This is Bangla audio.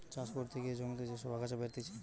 চাষ করতে গিয়ে জমিতে যে সব আগাছা বেরতিছে